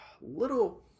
Little